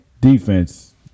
defense